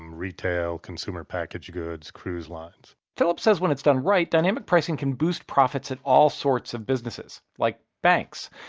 um retail, consumer package goods, cruise lines, phillips says when its done right, dynamic pricing can boost profits at all sorts of businesses like banks.